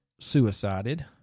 suicided